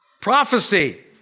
Prophecy